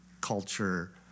culture